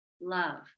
Love